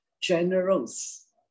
generals